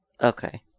Okay